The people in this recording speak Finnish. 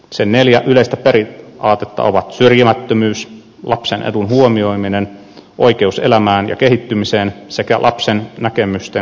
sen neljä yleistä periaatetta ovat syrjimättömyys lapsen edun huomioiminen oikeus elämään ja kehittymiseen sekä lapsen näkemysten kunnioittaminen